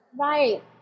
Right